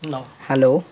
hello hello